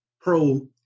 pro